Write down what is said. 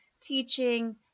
teaching